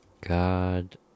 God